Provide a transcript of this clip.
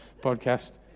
podcast